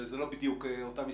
זה לא בדיוק אותם מספרים.